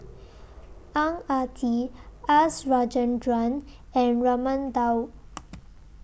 Ang Ah Tee S Rajendran and Raman Daud